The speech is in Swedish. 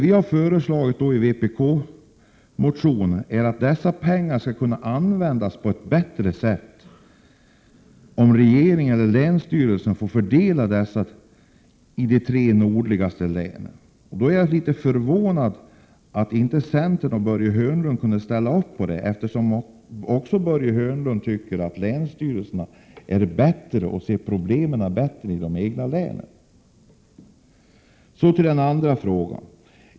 Vi har i vpk:s motion A441 anfört att dessa pengar kan användas på ett bättre sätt, om regeringen och länsstyrelserna får fördela dessa i de tre nordligaste länen. Jag är förvånad över att inte centern och Börje Hörnlund har kunnat ställa sig bakom detta. Också Börje Hörnlund tycker ju att länsstyrelserna är bäst på att se problemen i de egna länen. Så till den andra frågan.